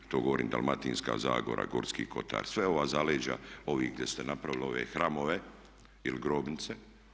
To govorim Dalmatinska zagora, Gorski kotar, sve ova zaleđa ovih gdje ste napravili ove hramove ili grobnice.